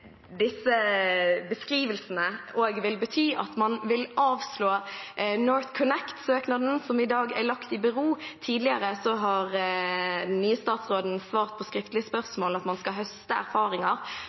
disse beskrivelsene også vil bety at man vil avslå NorthConnect-søknaden som i dag er lagt i bero. Tidligere har den nye statsråden svart på